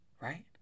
right